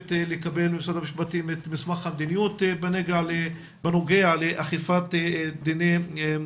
מבקשת לקבל ממשרד המשפטים את מסמך המדיניות בנוגע לאכיפת מדיניות